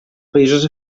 països